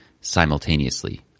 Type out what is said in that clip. simultaneously